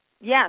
Yes